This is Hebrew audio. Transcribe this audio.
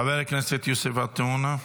חבר הכנסת יוסף עטאונה,